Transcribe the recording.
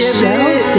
Shell